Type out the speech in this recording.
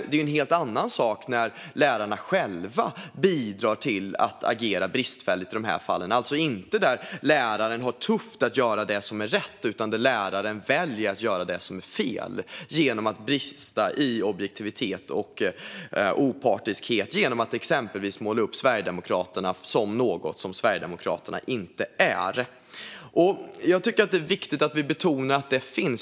Det är en helt annan sak när lärarna själva bidrar till att agera bristfälligt i dessa fall. Det är alltså inte fall där läraren har det tufft att göra det som är rätt utan fall där läraren väljer att göra det som är fel genom att brista i objektivitet och opartiskhet, exempelvis genom att måla upp Sverigedemokraterna som något som Sverigedemokraterna inte är. Jag tycker att det är viktigt att vi betonar att denna problematik finns.